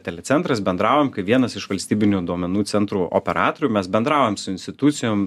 telecentras bendravom kaip vienas iš valstybinių duomenų centrų operatorių mes bendravom su institucijom